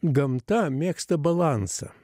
gamta mėgsta balansą